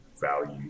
value